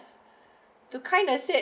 to kind to said